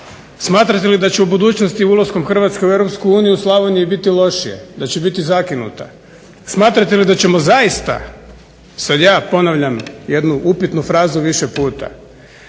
Smatrate li da će u budućnosti ulaskom Hrvatske u Europsku uniju Slavoniji biti lošije, da će biti zakinuta? Smatrate li da ćemo zaista, sad ja ponavljam jednu upitnu frazu više puta